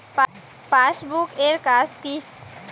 Passbook এর কাজ কি?